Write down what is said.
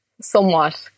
somewhat